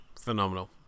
phenomenal